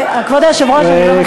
כבוד היושב-ראש, אני לא מצליחה לדבר.